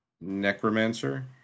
Necromancer